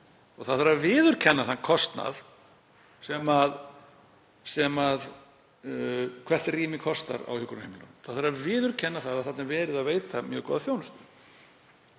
Það þarf að viðurkenna þann kostnað sem hvert rými kostar á hjúkrunarheimilunum. Það þarf að viðurkenna að þarna er verið að veita mjög góða þjónustu.